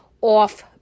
off